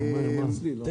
מאיר, מה?